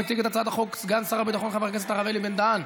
מציג את הצעת החוק סגן שר הביטחון חבר הכנסת הרב אלי בן-דהן.